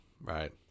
right